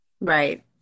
Right